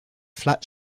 flat